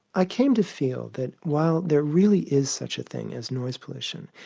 i came to feel that while there really is such a thing as noise pollution,